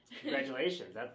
Congratulations